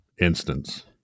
instance